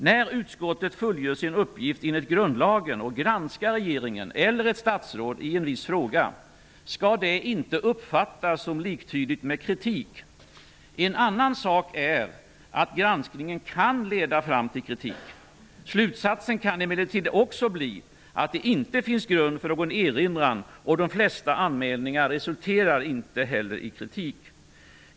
När utskottet fullgör sin uppgift enligt grundlagen och granskar regeringen eller ett statsråd i en viss fråga, skall det inte uppfattas som liktydigt med kritik. En annan sak är att granskningen kan leda fram till kritik. Slutsatsen kan emellertid också bli att det inte finns grund för någon erinran. De flesta anmälningar resulterar inte i kritik.